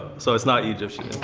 so it's not egyptian.